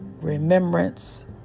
Remembrance